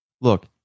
Look